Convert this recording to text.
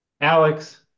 Alex